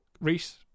Reese